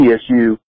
TSU